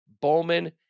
Bowman